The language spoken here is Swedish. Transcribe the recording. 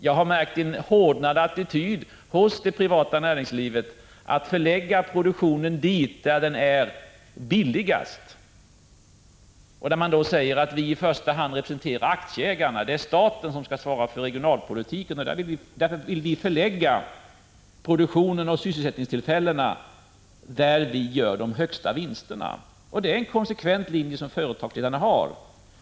Jag har märkt en hårdnande attityd hos det privata näringslivet att förlägga produktionen dit där den blir billigast. Det heter: Vi representerar i första hand aktieägarna, och det är staten som skall svara för regionalpolitiken. Därför vill vi förlägga produktionen och sysselsättningen där vi gör de högsta vinsterna. Detta är en konsekvent linje som företagsledarna följer.